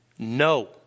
No